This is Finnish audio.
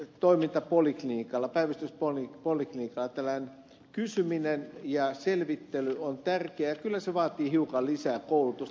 siis toiminta päivystyspoliklinikalla tällainen kysyminen ja selvittely on tärkeää ja kyllä se vaatii hiukan lisää koulutusta